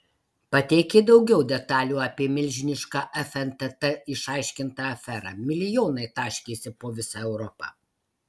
pateikė daugiau detalių apie milžinišką fntt išaiškintą aferą milijonai taškėsi po visą europą